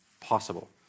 Possible